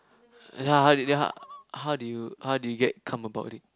ya how did it how did you how did you get come about it